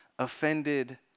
Offended